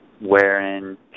wherein